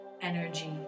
energy